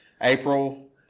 April